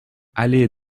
allée